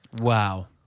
Wow